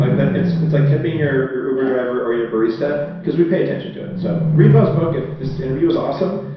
like but it's it's like tipping your your uber driver or your barista because we pay attention to it. so read bo's book if this interview was awesome.